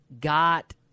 got